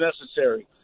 necessary